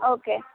okay